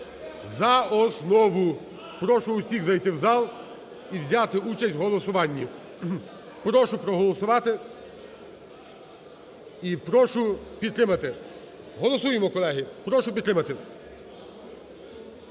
за основу. Прошу всіх зайти у зал і взяти участь у голосуванні. Прошу проголосувати і прошу підтримати. Голосуємо, колеги! Прошу підтримати.